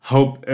Hope